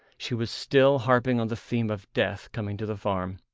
she was still harping on the theme of death coming to the farm.